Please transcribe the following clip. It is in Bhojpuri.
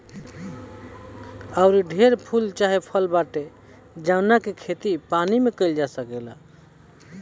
आऊरी ढेरे फूल चाहे फल बाटे जावना के खेती पानी में काईल जा सकेला